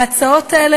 ההצעות האלה,